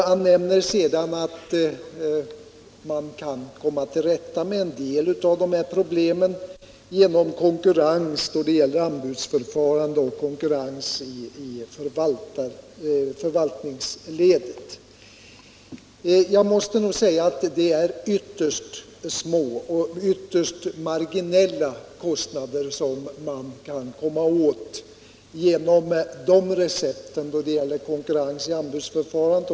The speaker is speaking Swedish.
Han nämner sedan att man kan komma till rätta med en del av problemen genom konkurrens i anbudsförfarandet och i förvaltningsledet. Det är ytterst små och ytterst marginella kostnader som man kan komma åt genom de recepten.